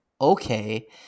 okay